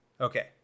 Okay